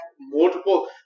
multiple